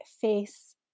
face